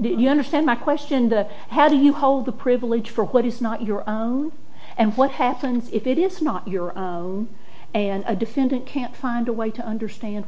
do you understand my question that i had to you hold the privilege for what is not your own and what happens if it is not your own and a defendant can't find a way to understand